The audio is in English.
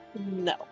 No